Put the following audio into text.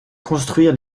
construire